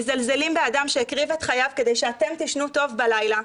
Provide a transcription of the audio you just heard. מזלזלים באדם שהקריב את חייו כדי שאתם תישנו טוב בלילה,